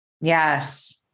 Yes